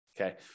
okay